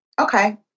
okay